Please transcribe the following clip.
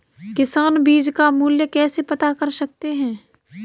किसान बीज का मूल्य कैसे पता कर सकते हैं?